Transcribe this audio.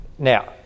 now